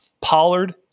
Pollard